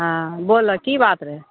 हँ बोलऽ कि बात रहै